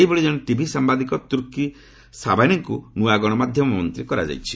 ସେହିଭଳି ଜଣେ ଟିଭି ସାମ୍ଘାଦିକ ତୁର୍କୀ ସବାନେଙ୍କୁ ନୃଆ ଗଣମାଧ୍ୟମ ମନ୍ତ୍ରୀ କରାଯାଇଛି